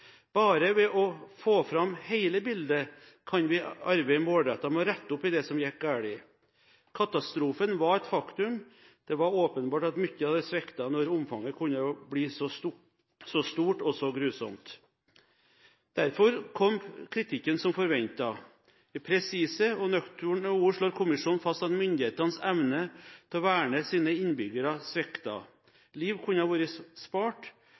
Bare ved å få fram hele bildet kan vi arbeide målrettet med å rette opp i det som gikk galt. Katastrofen var et faktum. Det var åpenbart at mye hadde sviktet når omfanget kunne bli så stort og så grusomt. Derfor kom kritikken som forventet. I presise og nøkterne ord slår kommisjonen fast at myndighetenes evne til å verne sine innbyggere sviktet. Liv kunne vært spart.